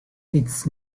its